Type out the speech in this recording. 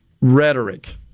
rhetoric